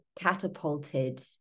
catapulted